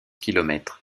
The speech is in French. kilomètres